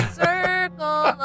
circle